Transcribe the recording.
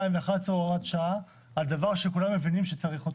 הוראת השעה היא מ-2011 על דבר שכולם מבינים שצריך אותו.